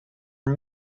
een